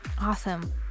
Awesome